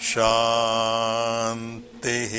Shanti